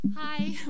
Hi